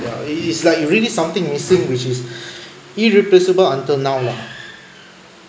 ya it it is like really something missing which is irreplaceable until now lah